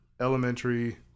elementary